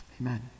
Amen